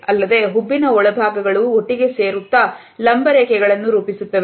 ಅಲ್ಲದೆ ಹುಬ್ಬಿನ ಒಳಭಾಗಗಳು ಒಟ್ಟಿಗೆ ಸೇರುತ ಲಂಬ ರೇಖೆಗಳನ್ನು ರೂಪಿಸುತ್ತವೆ